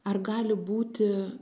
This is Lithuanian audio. ar gali būti